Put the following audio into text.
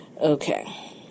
Okay